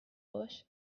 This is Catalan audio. boix